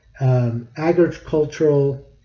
Agricultural